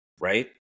Right